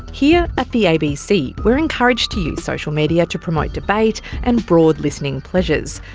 here at the abc we're encouraged to use social media to promote debate and broad listening pleasures.